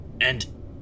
and-